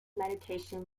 meditation